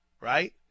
right